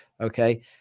okay